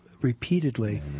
Repeatedly